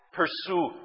pursue